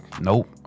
Nope